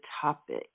topic